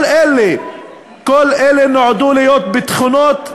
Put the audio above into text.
כל אלה נועדו להיות ביטחונות,